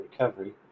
Recovery